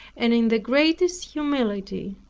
and in the greatest humility.